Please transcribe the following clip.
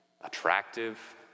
attractive